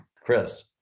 Chris